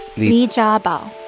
li jiabao